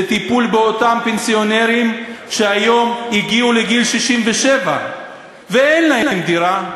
זה טיפול באותם פנסיונרים שהיום הגיעו לגיל 67 ואין להם דירה,